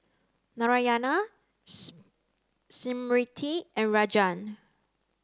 Narayana Smriti and Rajan